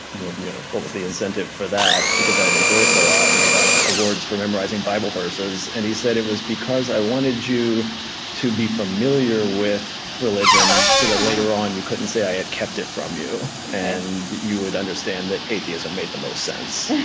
um yeah what was the incentive for that, because i had enjoyed it a lot, and i got awards for memorizing bible verses. and he said, it was because i wanted you to be familiar with religion so that, later on, you couldn't say i had kept it from you, and you would understand that atheism made the most sense.